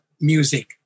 music